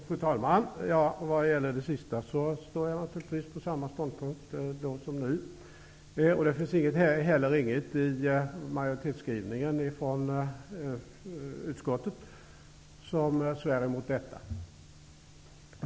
Fru talman! Vad beträffar citatet som utskottets ordförande läste upp står jag naturligtvis på samma ståndpunkt nu som då. Det finns heller inget i utskottets majoritetsskrivning som svär mot detta.